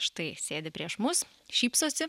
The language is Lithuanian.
štai sėdi prieš mus šypsosi